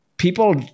People